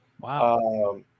Wow